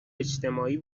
اجتماعی